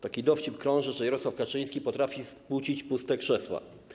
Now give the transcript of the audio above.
Taki dowcip krąży, że Jarosław Kaczyński potrafi skłócić puste krzesła.